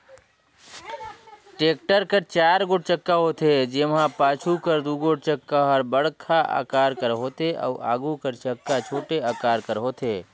tractor कर चाएर गोट चक्का होथे, जेम्हा पाछू कर दुगोट चक्का हर बड़खा अकार कर होथे अउ आघु कर चक्का छोटे अकार कर होथे